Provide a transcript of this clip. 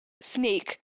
snake